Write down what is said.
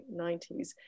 1990s